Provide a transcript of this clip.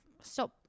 stop